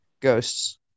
Ghosts